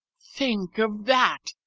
think of that!